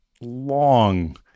long